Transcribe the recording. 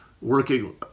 working